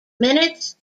minutes